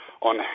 on